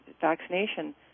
vaccination